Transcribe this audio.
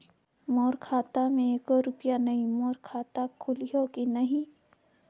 मोर खाता मे एको रुपिया नइ, मोर खाता खोलिहो की नहीं?